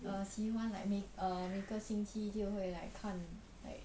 err 喜欢 like 每 err 每个星期就会看 like